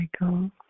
Michael